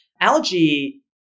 Algae